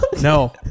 No